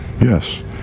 Yes